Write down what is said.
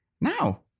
now